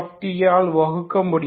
T ஆல் வகுக்க முடியும்